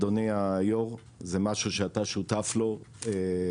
אדוני היו"ר זה משהו שאתה שותף לו איתנו,